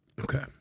Okay